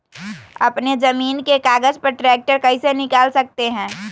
अपने जमीन के कागज पर ट्रैक्टर कैसे निकाल सकते है?